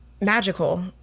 magical